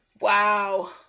Wow